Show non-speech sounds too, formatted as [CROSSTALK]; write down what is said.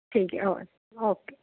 ਠੀਕ ਹੈ [UNINTELLIGIBLE] ਓਕੇ